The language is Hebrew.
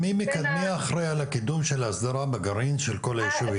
מי אחראי על הקידום של ההסדרה בגרעין של כל הישובים?